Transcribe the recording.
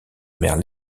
mère